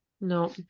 No